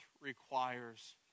requires